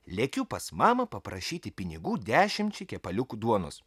lekiu pas mamą paprašyti pinigų dešimčiai kepaliukų duonos